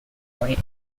point